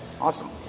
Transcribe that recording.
Awesome